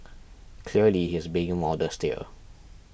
clearly he's being modest here